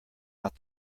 out